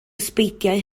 ysbeidiau